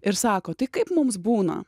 ir sako tai kaip mums būna